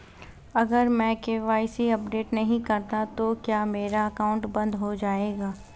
अगर मैं KYC update नहीं करता तो क्या मेरा अकाउंट बंद हो जाएगा?